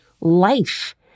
life